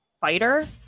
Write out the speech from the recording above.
fighter